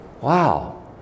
Wow